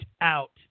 out